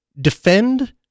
defend